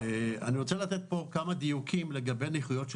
אני רוצה לתת כמה דיוקים לגבי נכויות של